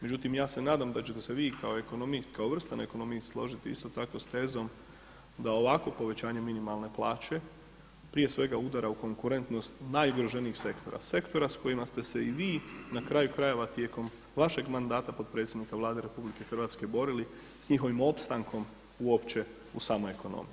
Međutim ja se nadam da ćete se vi kao ekonomist, kao vrstan ekonomist složiti isto tako s tezom da ovako povećanje minimalne plaće prije svega udara u konkurentnost najugroženijeg sektora, sektora s kojima ste se i vi na kraju krajeva tijekom vašeg mandata podpredsjednika Vlade RH borili, s njihovim opstankom uopće u samoj ekonomiji.